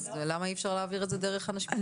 למה אי אפשר להעביר את זה דרך אנשים שמגיעים?